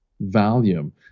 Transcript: volume